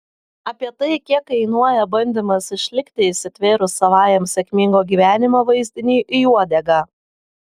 apie tai kiek kainuoja bandymas išlikti įsitvėrus savajam sėkmingo gyvenimo vaizdiniui į uodegą